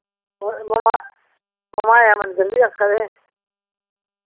होर मम्हाया महा माया मंदर बी आखा दे हे